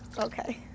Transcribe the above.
okay.